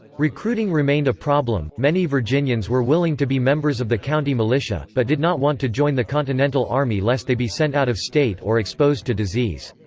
recruiting remained a problem many virginians were willing to be members of the county militia, but did not want to join the continental army lest they be sent out of state or exposed to disease.